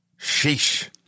Sheesh